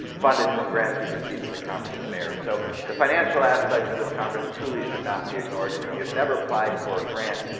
funded from grants we received at the conference of mayors, so the financial aspects of this conference truly should not be ignored, and if you have never applied for a grant,